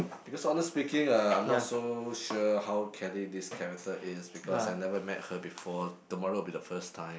because honest speaking uh I'm not so sure how Kelly this character is because I never met her before tomorrow will be the first time